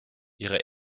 ihre